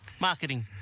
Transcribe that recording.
marketing